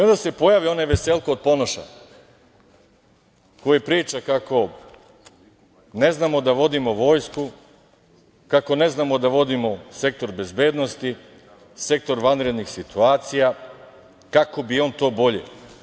Onda se pojavi onaj veseljko od Ponoša koji priča kako ne znamo da vodimo vojsku, kako ne znamo da vodimo Sektor bezbednosti, Sektor vanrednih situacija, kako bi on to bolje.